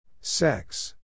Sex